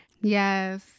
Yes